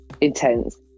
intense